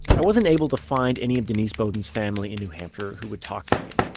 i wasn't able to find any of denise beaudin's family in new hampshire who would talk to me.